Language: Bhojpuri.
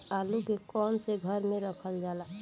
आलू के कवन से घर मे रखल जाला?